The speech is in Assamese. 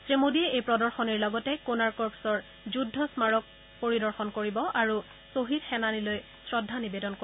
শ্ৰীমোডীয়ে এই প্ৰদশনীৰ লগতে কোনাৰ্ক কৰ্পছৰ যুদ্ধ স্মাৰক পৰিদৰ্শন কৰিব আৰু ছহিদ সেনানীলৈ শ্ৰদ্ধা নিৱেদন কৰিব